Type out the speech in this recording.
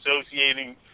associating